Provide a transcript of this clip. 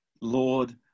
Lord